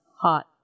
hot